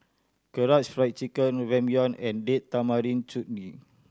Karaage Fried Chicken Ramyeon and Date Tamarind Chutney